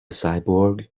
cyborg